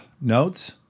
Notes